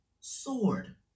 sword